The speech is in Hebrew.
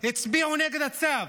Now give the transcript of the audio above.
הצביעו נגד הצו.